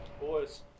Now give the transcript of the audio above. boys